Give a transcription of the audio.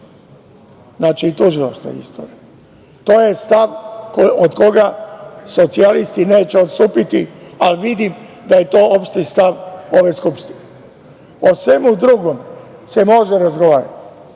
i tužilaštvo isto. To je stav od koga socijalisti neće odstupiti, a vidim da je to opšti stav ove Skupštine.O svemu drugome se može razgovarati.